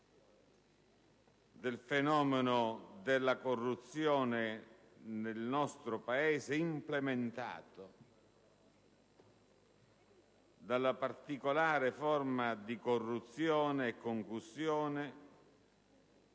del fenomeno della corruzione nel nostro Paese, implementato dalla particolare forma di corruzione e concussione